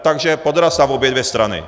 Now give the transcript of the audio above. Takže podraz na obě dvě strany.